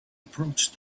approached